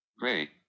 Great